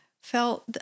felt